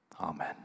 amen